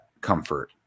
comfort